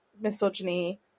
misogyny